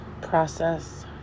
process